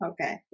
okay